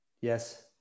Yes